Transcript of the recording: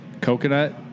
coconut